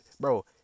bro